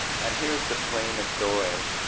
and here is the plain of doeas,